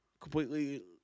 completely